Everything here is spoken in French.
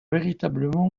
véritablement